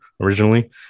originally